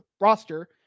roster